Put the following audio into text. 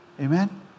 Amen